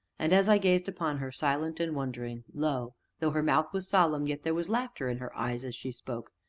and, as i gazed upon her, silent and wondering, lo! though her mouth was solemn yet there was laughter in her eyes as she spoke.